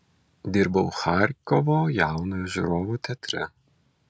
dirbau charkovo jaunojo žiūrovo teatre